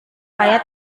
kaya